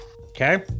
okay